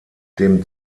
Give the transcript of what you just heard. dem